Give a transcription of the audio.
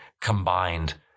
combined